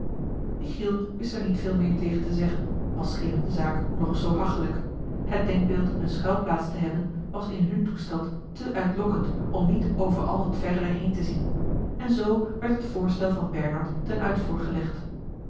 michiel wist er niet veel meer tegen te zeggen al scheen hem de zaak nog zoo hachelijk het denkbeeld eene schuilplaats te hebben was in hun toestand te uitlokkend om niet over al het verdere heen te zien en zoo werd het voorstel van bernard